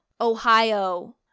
Ohio